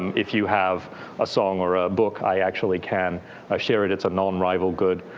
if you have a song or a book, i actually can share it. it's a non-rival good.